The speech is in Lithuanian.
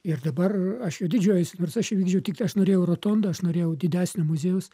ir dabar aš juo didžiuojuosi nors aš įvykdžiau tiktai aš norėjau rotonda aš norėjau didesnio muziejaus